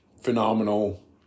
Phenomenal